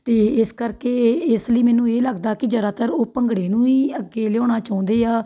ਅਤੇ ਇਸ ਕਰਕੇ ਇਹ ਇਸ ਲਈ ਮੈਨੂੰ ਇਹ ਲੱਗਦਾ ਕਿ ਜ਼ਿਆਦਾਤਰ ਉਹ ਭੰਗੜੇ ਨੂੰ ਹੀ ਅੱਗੇ ਲਿਆਉਣਾ ਚਾਹੁੰਦੇ ਆ